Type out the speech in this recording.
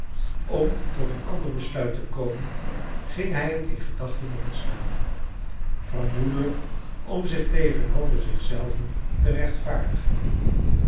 om tot een ander besluit te komen ging hij het in gedachten nog eens na vermoedelrjk om zioh tegenover zich zelven te rechtvaardigen